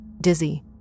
dizzy